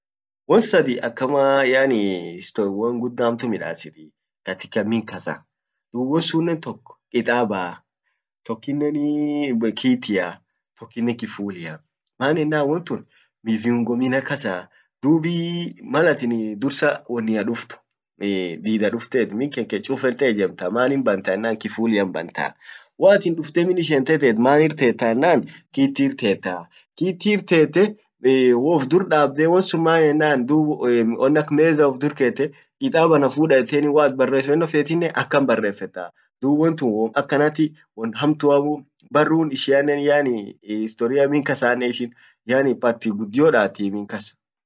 won sadi akama yaani akama won gudda hamtu midassit katika min kasa dub won sunnen tok kitabaa, tokinnen kitia, tokkinen kifulia .maan enan won tun viungo mina kasaa, dub ee malatin ee dursa wonnia duft ee dida duftet min kenke chuffete ijemtaa maanin banta enan kifulian bantaa, waatin dufte min ishente tet manir teta enan kitir tetaa ,kitir tetee wouf dur dabde won sun maenan dub ee wonnak mezafa uf dur kete kitab ana fuda eteni waat barrefenno fettinen akan barefetaa dub wontun wom akanati won hamtuaamuu barun ishianen maani, historia min kassanen yaani pati guddio datii min kas.